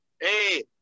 Hey